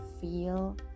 feel